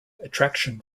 attraction